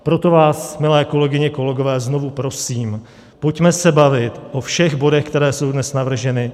Proto vás, milé kolegyně, kolegové, znovu prosím, pojďme se bavit o všech bodech, které jsou dnes navrženy.